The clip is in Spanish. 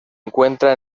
encuentra